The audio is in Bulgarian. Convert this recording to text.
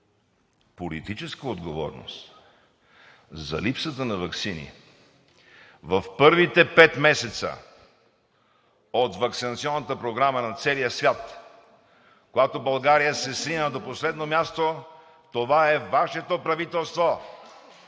политическа отговорност за липсата на ваксини в първите пет месеца от Ваксинационната програма на целия свят, когато България се срина до последно място, то това е Вашето правителство.